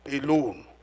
alone